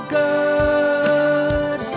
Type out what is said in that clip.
good